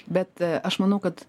bet aš manau kad